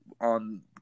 on